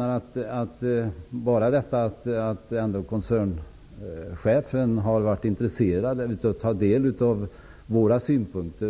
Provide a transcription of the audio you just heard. Att ändå koncernchefen har varit intresserad av att ta del av våra synpunkter